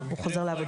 כשהוא חוזר לעבודה.